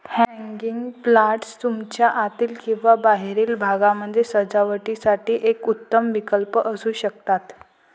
hanging planters तुमच्या आतील किंवा बाहेरील भागामध्ये सजावटीसाठी एक उत्तम विकल्प असू शकतात